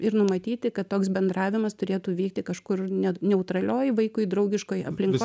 ir numatyti kad toks bendravimas turėtų vykti kažkur net neutralioj vaikui draugiškoj aplinkoj